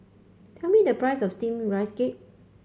tell me the price of steamed Rice Cake